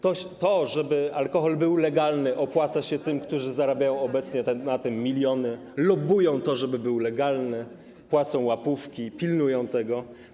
To, żeby alkohol był legalny, opłaca się tym, którzy zarabiają obecnie na tym miliony, lobbują za tym, żeby był legalny, płacą łapówki, pilnują tego.